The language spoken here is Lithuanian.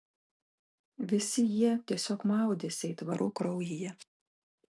visi jie tiesiog maudėsi aitvarų kraujyje